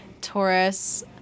Taurus